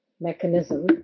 mechanism